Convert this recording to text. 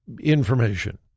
information